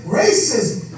racism